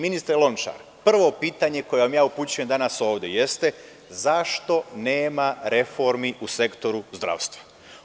Ministre Lončar, prvo pitanje koje vam ja upućujem danas ovde jeste, zašto nema reformi u sektoru zdravstva?